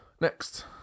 Next